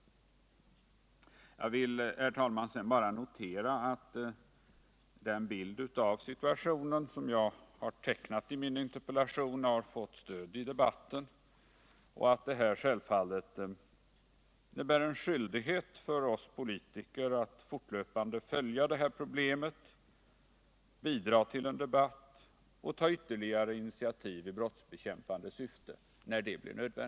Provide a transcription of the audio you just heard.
Sedan vill jag bara notera att den bild av situationen som jag har tecknat i min interpellation har fått stöd i debatten och att detta självfallet innebär en skyldighet för oss politiker att fortlöpande följa problemet, bidra till en debatt och ta ytterligare intiativ i brottsbekämpande syfte när det blir nödvän